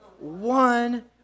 one